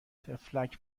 طفلک